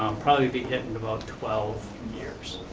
um probably be hit in about twelve years.